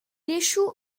échoue